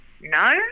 No